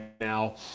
now